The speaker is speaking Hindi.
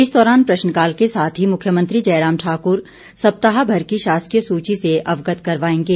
इस दौरान प्रश्नकाल के साथ ही मुख्यमंत्री जयराम ठाक्र सप्ताहभर की शासकीय सूची से अवगत करवाएंगे